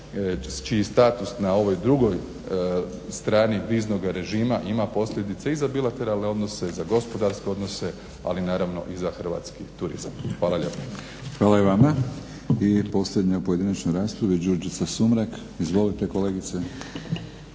čiji status na ovoj drugoj strani viznog režima ima posljedice i za bilateralne odnose, za gospodarske odnose ali naravno i za hrvatski turizam. Hvala lijepo. **Batinić, Milorad (HNS)** Hvala i vama. I posljednja pojedinačna rasprava Đurđica Sumrak. Izvolite kolegice.